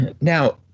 Now